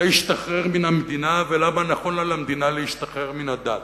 להשתחרר מן המדינה ולמה נכון לה למדינה להשתחרר מן הדת.